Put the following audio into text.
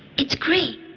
it's great.